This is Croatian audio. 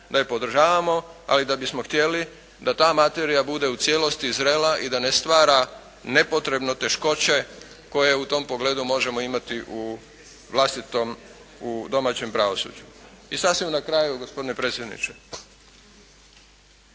da je podržavamo ali da bismo htjeli da ta materija bude u cijelosti zrela i da ne stvara nepotrebno teškoće koje u tom pogledu možemo imati u vlastitom, u domaćem pravosuđu. I sasvim na kraju gospodine predsjedniče.